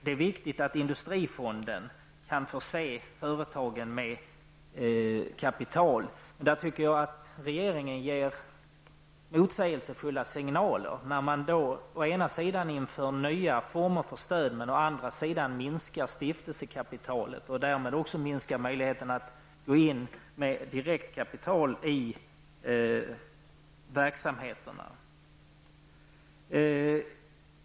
Det är viktigt att industrifonden kan förse företagen med kapital. Där tycker jag att regeringen ger motsägelsefulla signaler. Å ena sidan inför man nya former för stöd men å andra sidan minskar man stiftelsekapitalet och därmed också möjligheterna att gå in med kapital direkt i verksamheterna.